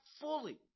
fully